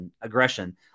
aggression